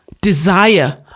desire